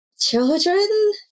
children